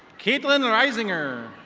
kaitlin rizinger.